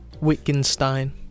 Wittgenstein